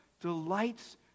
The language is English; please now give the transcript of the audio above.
delights